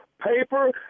Paper